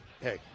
hey